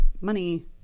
money